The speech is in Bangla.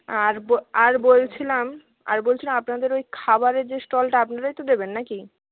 আর আর বলছিলাম আর বলছিলাম আপনাদের ওই খাবারের যে স্টলটা আপনারাই তো দেবেন না কি